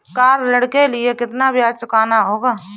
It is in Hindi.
कार ऋण के लिए कितना ब्याज चुकाना होगा?